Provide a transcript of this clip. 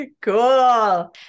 cool